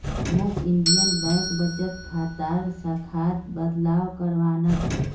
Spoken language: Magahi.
मौक इंडियन बैंक बचत खातार शाखात बदलाव करवाना छ